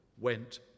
went